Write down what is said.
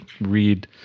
read